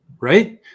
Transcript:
Right